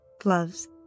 gloves